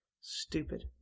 Stupid